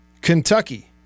Kentucky